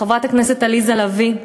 חברת הכנסת עליזה לביא,